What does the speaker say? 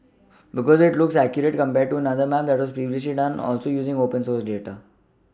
because it looks accurate compared to another map that was previously done also using open source data